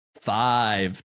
five